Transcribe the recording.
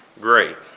great